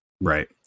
Right